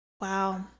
Wow